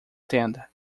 tenda